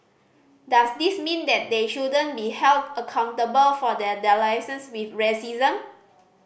does this mean that they shouldn't be held accountable for their dalliances with racism